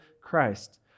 Christ